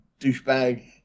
douchebag